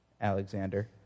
Alexander